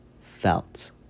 felt